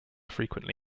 frequently